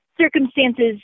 circumstances